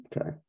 Okay